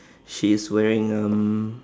she's wearing um